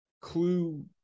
Clue